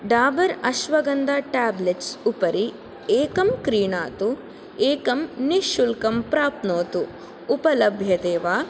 Dabur ashwagandha tablets उपरि एकं क्रीणातु एकं निःशुल्कं प्राप्नोतु उपलभ्यते वा